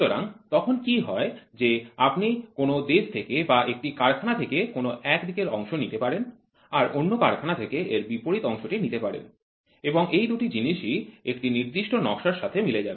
সুতরাং তখন কি হয় যে আপনি কোনও দেশ থেকে বা একটি কারখানা থেকে কোনও এক দিকের অংশ নিতে পারেন আর অন্য কারখানা থেকে এর বিপরীত অংশটি নিতে পারেন এবং এই দুটি জিনিসই একটি নির্দিষ্ট নকশার সাথে মিলে যাবে